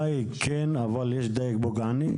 דייג כן, אבל יש דייג פוגעני?